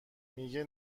میگه